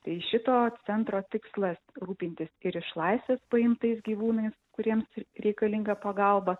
tai šito centro tikslas rūpintis ir iš laisvės paimtais gyvūnais kuriems reikalinga pagalba